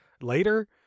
later